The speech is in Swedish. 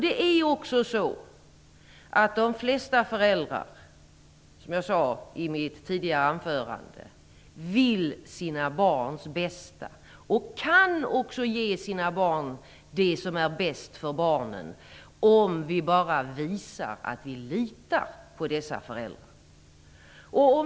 De flesta föräldrar, som jag sade i mitt tidigare anförande, vill sina barns bästa och kan också ge sina barn det som är bäst för barnen, om vi bara visar att vi litar på föräldrarna.